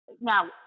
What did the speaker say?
now